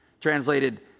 Translated